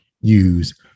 use